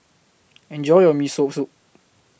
Enjoy your Miso Soup